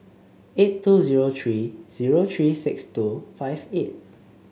eight two zero three zero three six two five eight